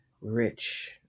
rich